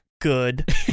good